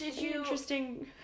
interesting